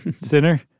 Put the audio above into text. sinner